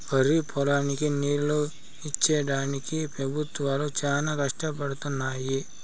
వరిపొలాలకి నీళ్ళు ఇచ్చేడానికి పెబుత్వాలు చానా కష్టపడుతున్నయ్యి